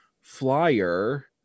flyer